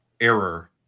error